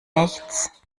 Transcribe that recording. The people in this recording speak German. nichts